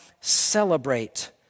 celebrate